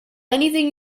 anything